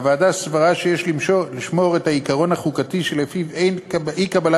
הוועדה סברה שיש לשמור את העיקרון החוקתי שלפיו אי-קבלת